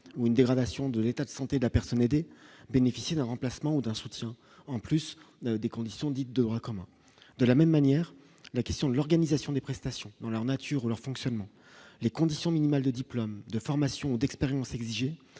ou une dégradation de l'état de santé de la personne aidée bénéficie d'un remplacement ou d'un soutien en plus des conditions dites de droit commun de la même manière, la question de l'organisation des prestations dans leur nature, ou leur fonctionnement, les conditions minimales de diplôme, de formation, d'expérience exigée